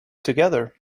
together